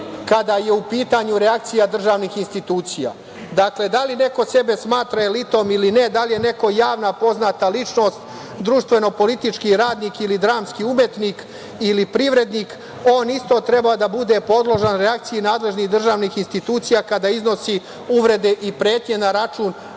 kada je u pitanju reakcija državnih institucija. Dakle, da li neko sebe smatra elitom ili ne, da li je neko javna, poznata ličnost, društvo politički radnik, dramski umetnik ili privrednik, on isto treba da bude podložen reakciji nadležnih državnih institucija kada iznosi uvrede i pretnje na račun